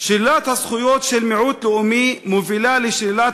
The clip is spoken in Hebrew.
שאלת הזכויות של מיעוט לאומי מובילה לשאלת